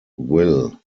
ville